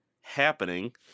happening